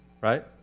Right